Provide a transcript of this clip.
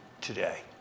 today